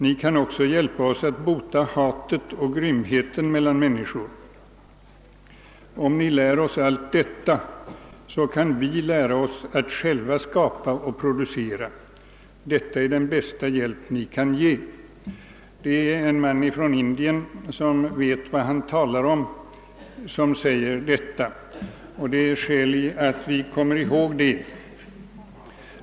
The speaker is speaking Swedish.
Ni kan också hjälpa oss att bota hatet och grymheten mellan människorna. Om ni lär oss allt detta, så kan vi lära oss att själva skapa och producera. Detta är den bästa hjälp ni kan ge.» Det är en man från Indien som vet vad han talar om, som säger detta. Och det är skäl i att vi kommer ihåg hans ord.